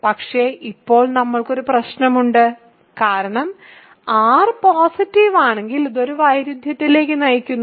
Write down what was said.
പക്ഷേ ഇപ്പോൾ നമ്മൾക്ക് ഒരു പ്രശ്നമുണ്ട് കാരണം r പോസിറ്റീവ് ആണെങ്കിൽ ഇത് ഒരു വൈരുദ്ധ്യത്തിലേക്ക് നയിക്കുന്നു